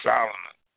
Solomon